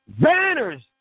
Banners